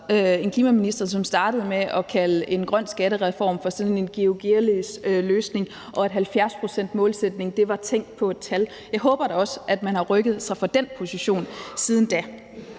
en klimaminister, som startede med at kalde en grøn skattereform for sådan en Georg Gearløs-løsning og 70-procentsmålsætningen for tænk på et tal. Jeg håber da også, at man har rykket sig fra den position siden da.